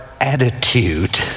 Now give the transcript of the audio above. attitude